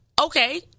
Okay